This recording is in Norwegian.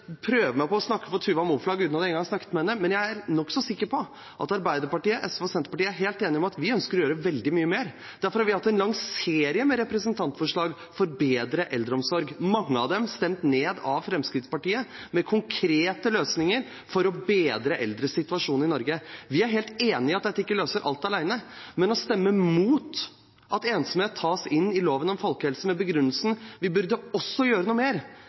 prøve meg på å snakke for Tuva Moflag, uten at jeg engang har snakket med henne, men jeg er nokså sikker på at Arbeiderpartiet, SV og Senterpartiet er helt enige om at vi ønsker å gjøre veldig mye mer. Derfor har vi hatt en lang serie med representantforslag for bedre eldreomsorg – mange av dem stemt ned av Fremskrittspartiet – med konkrete løsninger for å bedre eldres situasjon i Norge. Vi er helt enig i at dette alene ikke løser alt, men når man stemmer imot at ensomhet tas inn i loven om folkehelse, med den begrunnelsen at vi også